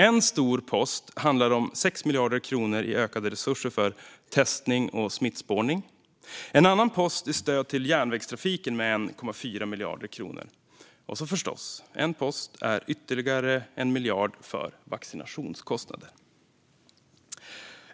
En stor post handlar om 6 miljarder kronor i ökade resurser för testning och smittspårning. En annan post är stöd till järnvägstrafiken med 1,4 miljarder kronor. En post är, förstås, ytterligare 1 miljard för vaccinationskostnader.